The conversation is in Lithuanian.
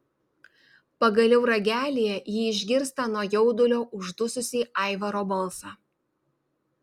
pagaliau ragelyje ji išgirsta nuo jaudulio uždususį aivaro balsą